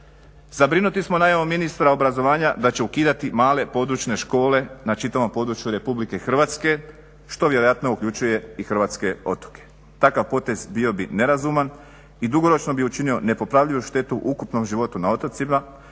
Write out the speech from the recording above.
Zabrinuti smo najavom ministra obrazovanja da će ukidati male područne škole na čitavom području RH što vjerojatno uključuje i hrvatske otoke. Takav potez bio bi nerazuman i dugoročno bi učinio nepopravljivu štetu ukupnom životu na otocima,